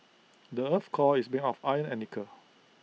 the Earth's core is been of iron and nickel